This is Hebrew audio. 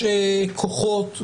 יש כוחות,